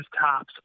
tops